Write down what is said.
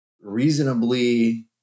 reasonably